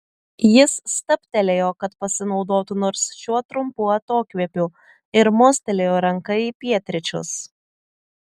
jis stabtelėjo kad pasinaudotų nors šiuo trumpu atokvėpiu ir mostelėjo ranka į pietryčius